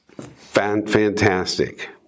fantastic